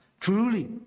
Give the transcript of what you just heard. Truly